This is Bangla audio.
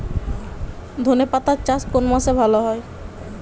ধনেপাতার চাষ কোন মাসে ভালো হয়?